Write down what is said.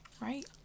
Right